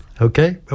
Okay